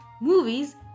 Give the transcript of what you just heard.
movies